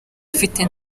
afite